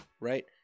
Right